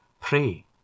Pray